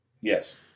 Yes